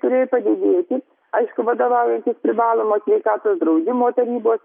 turėjo padidėti aišku vadovaujantis privalomo sveikatos draudimo tarybos